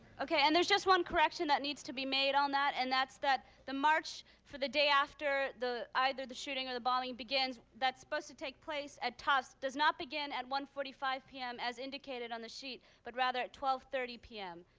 ok. and there's just one correction that needs to be made on that. and that's that the march for the day after either the shooting or the bombing begins that's supposed to take place at tufts does not begin at one forty five pm, as indicated on the sheet, but rather at twelve thirty pm.